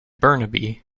burnaby